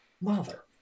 Mother